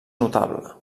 notable